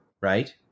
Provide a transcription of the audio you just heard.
right